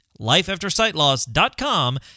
lifeaftersightloss.com